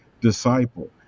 disciple